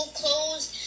clothes